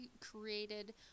created